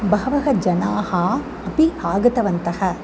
बहवः जनाः अपि आगतवन्तः